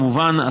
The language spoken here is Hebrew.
כמובן,